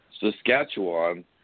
Saskatchewan